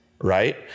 right